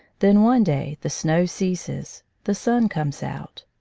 then one day the snow ceases the sun comes out.